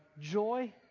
joy